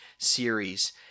Series